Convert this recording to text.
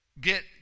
get